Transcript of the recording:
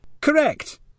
Correct